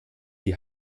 die